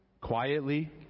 Quietly